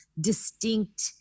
distinct